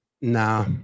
Nah